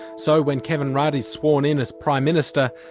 so when kevin rudd is sworn in as prime minister,